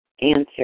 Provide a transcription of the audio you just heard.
answer